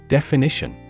Definition